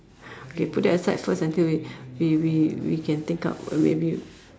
okay put that aside first until we we we we can think up or maybe